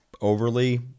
overly